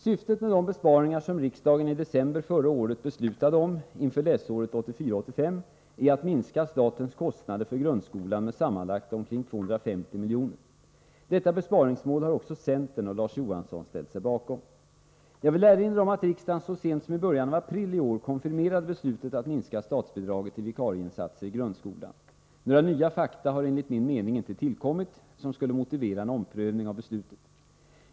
Syftet med de besparingar som riksdagen i december förra året beslutade om inför läsåret 1984/85 är att minska statens kostnader för grundskolan med sammanlagt ca 250 milj.kr. Detta besparingsmål har också centern och Larz Johansson ställt sig bakom. Jag vill erinra om att riksdagen så sent som i början av april i år konfirmerade beslutet att minska statsbidraget till vikarieinsatser i grundskolan. Några nya fakta har enligt min mening inte tillkommit som skulle motivera en omprövning av beslutet.